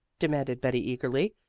demanded betty eagerly.